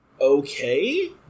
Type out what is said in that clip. okay